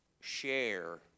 share